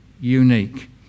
unique